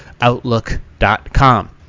outlook.com